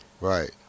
Right